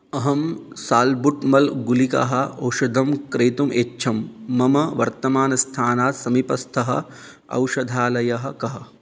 अहं साल्बुट्मल् गुलिकाः औषधं क्रेतुम् ऐच्छं मम वर्तमानस्थानात् समीपस्थः औषधालयः कः